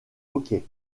hockey